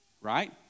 Right